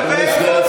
אתה,